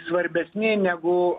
svarbesni negu